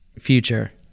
Future